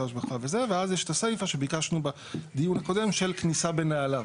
ההשבחה ואז יש את הסיפה שביקשנו בדיון הקודם של כניסה בנעליו.